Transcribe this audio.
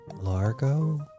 Largo